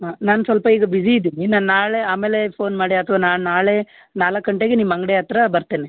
ಹಾಂ ನಾನು ಸ್ವಲ್ಪ ಈಗ ಬಿಜಿ ಇದ್ದೀನಿ ನಾನು ನಾಳೆ ಆಮೇಲೆ ಫೋನ್ ಮಾಡಿ ಅಥವಾ ನಾನು ನಾಳೆ ನಾಲ್ಕು ಗಂಟೆಗೆ ನಿಮ್ಮ ಅಂಗಡಿ ಹತ್ರ ಬರ್ತೇನೆ